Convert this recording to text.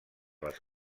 les